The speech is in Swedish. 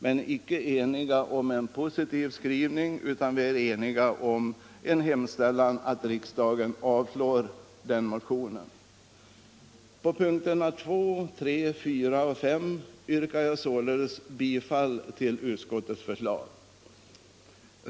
Dock är vi icke eniga om någon positiv skrivning, utan vi hemställer På punkterna 2, 3, 4 och 5 yrkar jag således bifall till utskottets förslag.